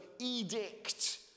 edict